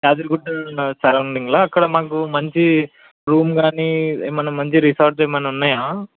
యాదగిరిగుట్ట సరౌండింగ్ల అక్కడ మాకు మంచి రూమ్ కాని ఏమన్నా మంచి రిసార్ట్స్ ఏమన్నా ఉన్నయా